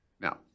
Now